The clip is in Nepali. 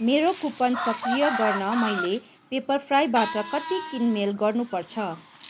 मेरो कुपन सक्रिय गर्न मैले पेप्परफ्राईबाट कति किनमेल गर्नुपर्छ